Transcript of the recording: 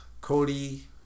Cody